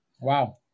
Wow